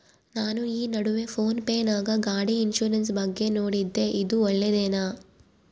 ನಾನು ಈ ನಡುವೆ ಫೋನ್ ಪೇ ನಾಗ ಗಾಡಿ ಇನ್ಸುರೆನ್ಸ್ ಬಗ್ಗೆ ನೋಡಿದ್ದೇ ಇದು ಒಳ್ಳೇದೇನಾ?